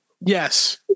Yes